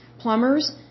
Plumbers